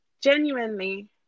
Genuinely